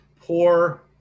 poor